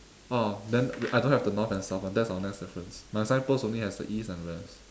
oh then I don't have the north and south one that's our next difference my signpost only has the east and west